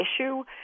issue